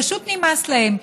פשוט נמאס להם.